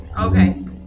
Okay